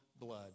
blood